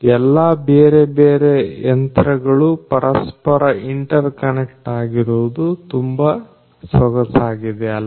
ಎಲ್ಲಾ ಬೇರೆ ಬೇರೆ ಯಂತ್ರಗಳುಪರಸ್ಪರ ಇಂಟರ್ ಕನೆಕ್ಟ್ ಆಗಿರುವುದು ತುಂಬಾ ಸೊಗಸಾಗಿದೆ ಅಲ್ವಾ